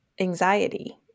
anxiety